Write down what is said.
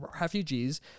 refugees